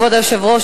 כבוד היושב-ראש,